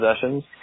possessions